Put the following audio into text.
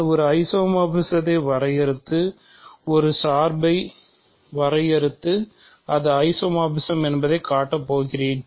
நான் ஒரு ஐசோமோர் ஃபிஸத்தை வரையறுத்து ஒரு சார்பை வரையறுத்து அது ஐசோமார்பிசம் என்பதைக் காட்டப் போகிறேன்